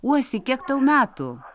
uosi kiek tau metų